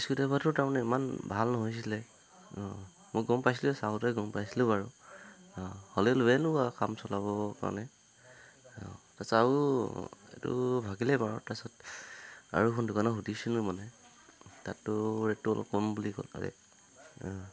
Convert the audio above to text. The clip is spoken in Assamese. তাৰমানে ইমান ভাল নহৈছিলে অঁ মই গম পাইছিলোঁ চাওঁতে গম পাইছিলোঁ বাৰু অঁ হ'লে আও কাম চলাব কাৰণে অঁ এইটো ভাগিলেই বাৰু আৰু এখন দোকানত সুধিছিলো মানে তাততো ৰেটটো অলপ কম বুলি